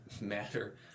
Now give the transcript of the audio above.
matter